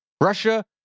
Russia